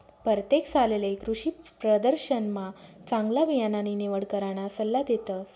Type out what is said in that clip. परतेक सालले कृषीप्रदर्शनमा चांगला बियाणानी निवड कराना सल्ला देतस